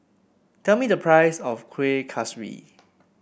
tell me the price of Kuih Kaswi